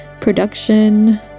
production